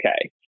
okay